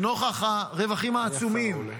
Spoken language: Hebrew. נוכח הרווחים העצומים